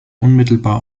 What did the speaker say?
unmittelbar